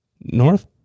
North